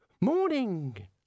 morning